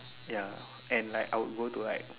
ya and like I would go to like